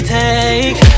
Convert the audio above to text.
take